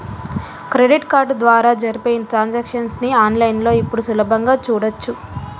credit card ద్వారా జరిపే transactions ని ఆన్ లైన్ లో ఇప్పుడు సులభంగా చూడచ్చు